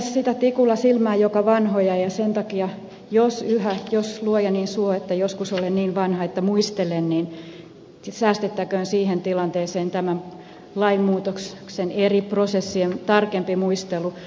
sitä tikulla silmään joka vanhoja ja sen takia jos luoja niin suo että joskus olen niin vanha että muistelen niin säästettäköön siihen tilanteeseen tämä lainmuutoksen eri prosessien tarkempi muistelu